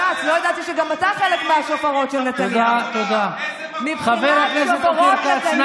החלק האבסורדי זה שכופים עליהם לשבת בבית.